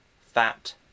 fat